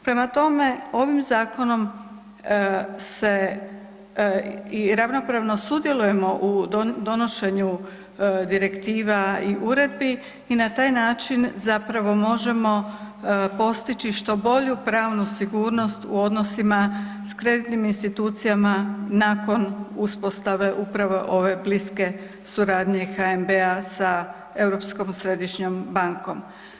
Prema tome, ovim zakonom se i ravnopravno sudjelujemo u donošenju direktiva i uredbi i na taj način zapravo možemo postići što bolju pravnu sigurnost u odnosima s kreditnim institucijama nakon uspostave upravo ove bliske suradnje HNB-a sa Europskom središnjom bankom.